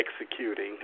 executing